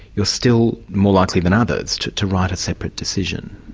you're still more likely than others to to write a separate decision.